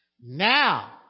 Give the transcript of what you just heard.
now